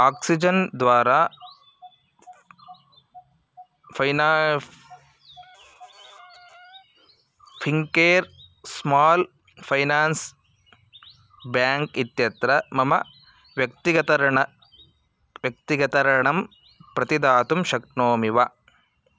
oxygen द्वारा फ़ैना Fincare small finance bank इत्यत्र मम व्यक्तिगतऋणं व्यक्तिगतऋणं प्रतिदातुं शक्नोमि वा